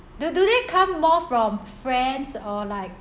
do do they come more from friends or like